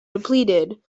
depleted